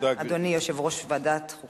הקריאה הראשונה ותעבור לוועדת העלייה,